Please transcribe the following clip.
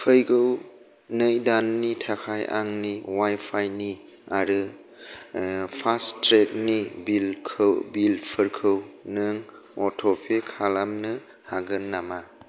फैगौ नै दाननि थाखाय आंनि वाइफाइनि आरो फास्टेगनि बिलफोरखौ नों अट'पे खालामनो हागोन नामा